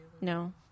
No